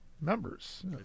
members